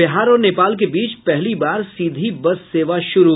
बिहार और नेपाल के बीच पहली बार सीधी बस सेवा शुरू